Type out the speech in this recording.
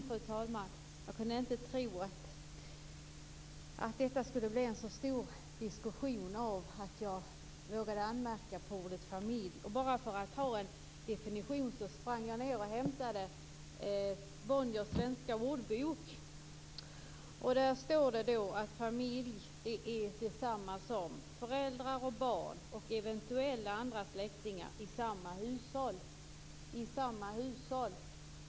Fru talman! Jag kunde inte tro att det skulle bli en så stor diskussion om att jag vågade anmärka på ordet familj. För att jag skulle ha en definition sprang jag ned och hämtade Bonniers svenska ordbok. Där står det att familj är detsamma som föräldrar och barn och eventuella andra släktingar i samma hushåll.